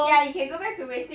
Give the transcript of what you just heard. ya you can go back to waiting